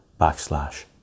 backslash